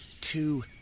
Two